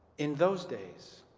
in those days